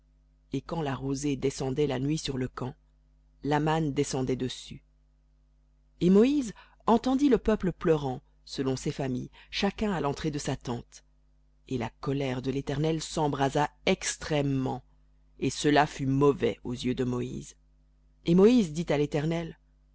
et quand la rosée descendait la nuit sur le camp la manne descendait dessus v et moïse entendit le peuple pleurant selon ses familles chacun à l'entrée de sa tente et la colère de l'éternel s'embrasa extrêmement et cela fut mauvais aux yeux de moïse et moïse dit à l'éternel